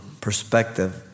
perspective